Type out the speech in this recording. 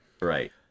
right